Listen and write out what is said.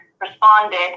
responded